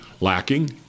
lacking